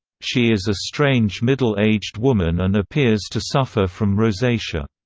she is a strange middle aged woman and appears to suffer from rosacea.